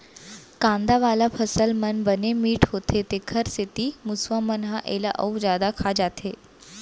कांदा वाला फसल मन बने मिठ्ठ होथे तेखर सेती मूसवा मन ह एला अउ जादा खा जाथे